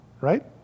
right